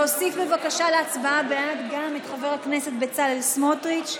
בבקשה להוסיף להצבעה בעד גם את חבר הכנסת בצלאל סמוטריץ'.